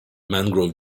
mangrove